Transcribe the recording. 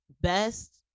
best